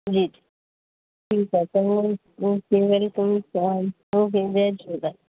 जी ठीकु आहे चऊं वेलकम हा जय झूलेलाल